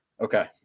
okay